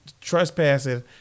trespassing